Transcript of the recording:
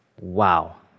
Wow